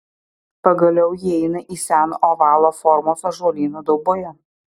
pagaliau įeina į seną ovalo formos ąžuolyną dauboje